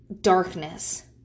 darkness